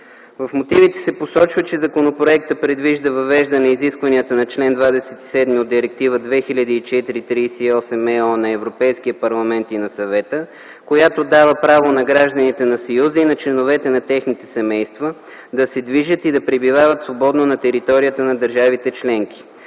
В мотивите се посочва, че законопроектът предвижда въвеждане изискванията на чл. 27 от Директива 2004/38/ЕО на Европейския парламент и на Съвета, която дава право на гражданите на Съюза и на членове на техните семейства да се движат и да пребивават свободно на територията на държавите членки.